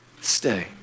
stay